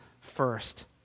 first